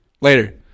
Later